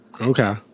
Okay